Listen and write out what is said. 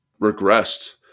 regressed